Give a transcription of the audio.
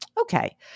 Okay